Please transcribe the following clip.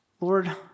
Lord